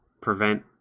prevent